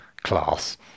class